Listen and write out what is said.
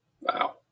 wow